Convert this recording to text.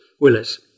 Willis